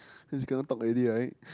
means cannot talk already right